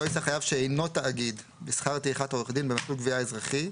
לא יישא חייב שאינו תאגיד בשכר טרחת עורך דין במסלול גבייה אזרחי,